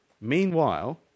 Meanwhile